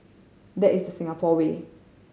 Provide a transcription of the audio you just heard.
that is the Singapore way